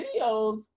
videos